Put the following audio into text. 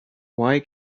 why